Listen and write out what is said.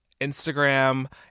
Instagram